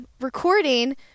recording